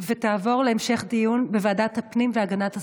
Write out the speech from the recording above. ותעבור להמשך דיון בוועדת הפנים והגנת הסביבה.